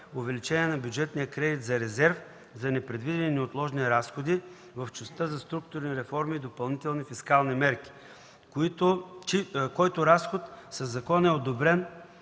увеличение на бюджетния кредит за резерв за непредвидени и неотложни разходи в частта за структурни реформи и допълнителни фискални мерки, който разход със закона е одобрен